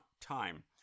time